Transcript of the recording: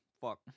Fuck